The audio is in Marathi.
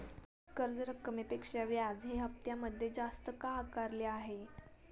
कर्ज रकमेपेक्षा व्याज हे हप्त्यामध्ये जास्त का आकारले आहे?